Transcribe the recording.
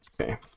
Okay